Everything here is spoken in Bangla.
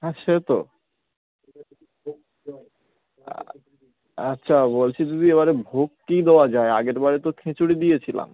হ্যাঁ সে তো আচ্ছা বলছি দিদি এবারে ভোগ কী দেওয়া যায় আগের বারে তো খিচুড়ি দিয়েছিলাম